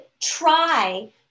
try